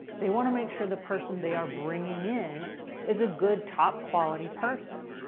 they want to make sure the person they are bringing in is a good, top quality person.